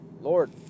Lord